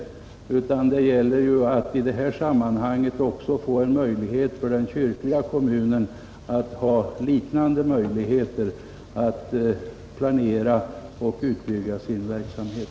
Vi begär att också den kyrkliga kommunen i detta sammanhang skall få liknande möjligheter som den borgerliga kommunen att planera och utbygga sin verksamhet.